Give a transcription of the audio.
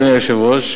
אדוני היושב-ראש,